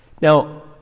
Now